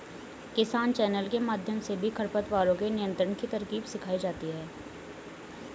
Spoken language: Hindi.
किसान चैनल के माध्यम से भी खरपतवारों के नियंत्रण की तरकीब सिखाई जाती है